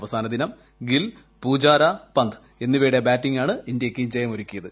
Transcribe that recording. അവസാന ദിനം ഗിൽ ് പൂജാര പന്ത് എന്നിവരുടെ ബാറ്റിംഗാണ് ഇന്ത്യക്ക് ജയമൊരുക്കിയത്